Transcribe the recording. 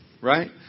right